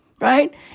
right